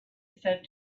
said